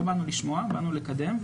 לא באנו לשמוע, באנו לקדם.